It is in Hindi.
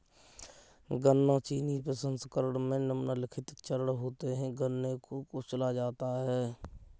गन्ना चीनी प्रसंस्करण में निम्नलिखित चरण होते है गन्ने को कुचला जाता है